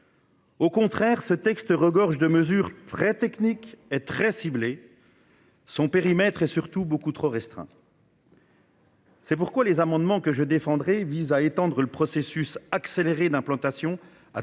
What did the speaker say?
périmètre de ce texte, qui regorge de mesures très techniques et très ciblées est, au contraire, beaucoup trop restreint. C'est pourquoi les amendements que je défendrai visent à étendre le processus accéléré d'implantation à